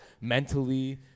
mentally